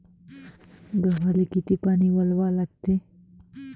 गव्हाले किती पानी वलवा लागते?